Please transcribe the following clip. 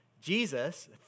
Jesus